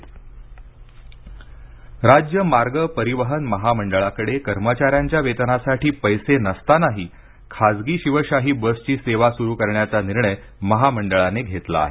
ST राज्य मार्ग परिवहन महामंडळाकडे कर्मचाऱ्यांच्या वेतनासाठी पैसे नसतानाही खासगी शिवशाही बसची सेवा सुरू करण्याचा निर्णय महामंडळाने घेतला आहे